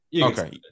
okay